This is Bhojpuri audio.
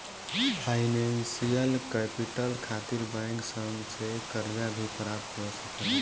फाइनेंशियल कैपिटल खातिर बैंक सन से कर्जा भी प्राप्त हो सकेला